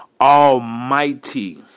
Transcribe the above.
almighty